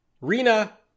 Rina